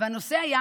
והנושא היה